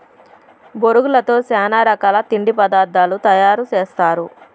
బొరుగులతో చానా రకాల తిండి పదార్థాలు తయారు సేస్తారు